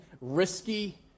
risky